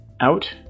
out